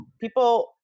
people